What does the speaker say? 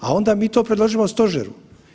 A onda mi to predložimo Stožeru.